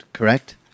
correct